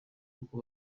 kuko